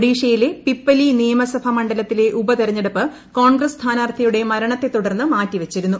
ഒഡിഷയിലെ പിപ്പലീ നിയമസഭാ മണ്ഡലത്തിലെ ഉപതെരഞ്ഞെടുപ്പ് കോൺഗ്രസ്സ് സ്ഥാനാർത്ഥിയുടെ മരണത്തെത്തുടർന്ന് മാറ്റി വെച്ചിരുന്നു